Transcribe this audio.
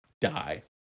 die